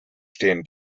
stehen